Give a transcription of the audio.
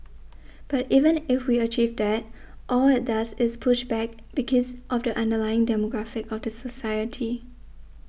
but even if we achieve that all it does is push back because of the underlying demographic of the society